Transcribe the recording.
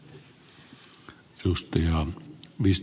arvoisa herra puhemies